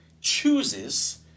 chooses